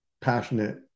passionate